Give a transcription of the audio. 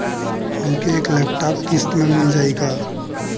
हमके एक लैपटॉप किस्त मे मिल जाई का?